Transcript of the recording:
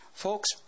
Folks